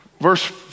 Verse